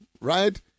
right